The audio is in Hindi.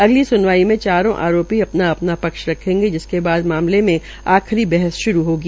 अगली स्नवाई में चारो आरोपी अपना अपना पक्ष रखेंगे जिसके बाद मामले में आखिरी बहस श्रू होगी